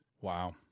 wow